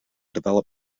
develop